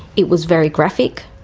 it was very graphic.